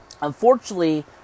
unfortunately